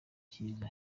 cyiza